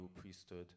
priesthood